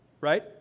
right